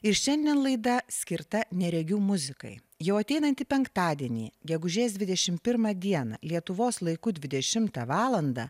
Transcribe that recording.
ir šiandien laida skirta neregių muzikai jau ateinantį penktadienį gegužės dvidešimt pirmą dieną lietuvos laiku dvidešimtą valandą